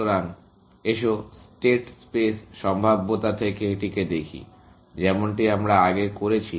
সুতরাং এসো state space সম্ভাব্যতা থেকে এটিকে দেখি যেমনটি আমরা আগে করেছি